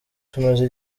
tumaze